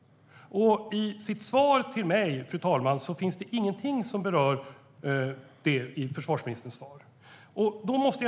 I försvarsministerns svar till mig, fru talman, finns det ingenting som berör det.